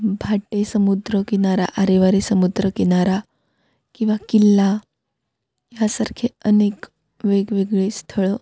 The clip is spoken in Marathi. भाटे समुद्रकिनारा आरेवारे समुद्रकिनारा किंवा किल्ला यासारखे अनेक वेगवेगळे स्थळं